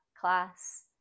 class